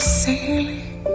sailing